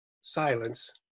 silence